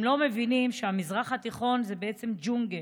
הם לא מבינים שהמזרח התיכון זה בעצם ג'ונגל.